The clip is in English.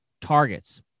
targets